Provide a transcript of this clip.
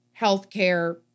healthcare